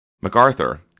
MacArthur